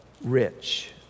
rich